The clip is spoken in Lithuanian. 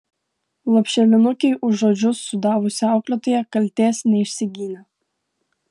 lopšelinukei už ožius sudavusi auklėtoja kaltės neišsigynė